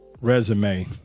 resume